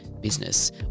business